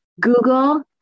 Google